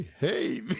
Hey